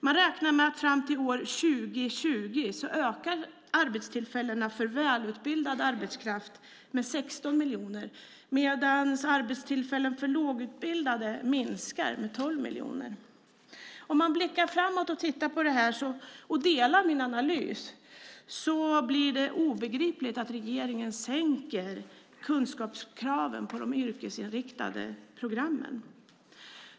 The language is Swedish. Man räknar med att arbetstillfällena för välutbildad arbetskraft ökar med 16 miljoner fram till år 2020, medan arbetstillfällen för lågutbildade minskar med 12 miljoner. Om man blickar framåt och tittar på detta, och delar min analys, blir det obegripligt att regeringen sänker kunskapskraven på de yrkesinriktade programmen.